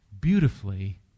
Beautifully